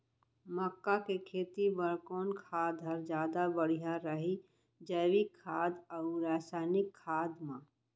मक्का के खेती बर कोन खाद ह जादा बढ़िया रही, जैविक खाद अऊ रसायनिक खाद मा?